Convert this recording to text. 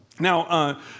Now